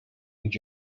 und